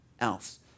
else